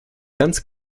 ganz